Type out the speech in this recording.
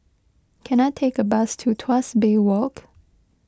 can I take a bus to Tuas Bay Walk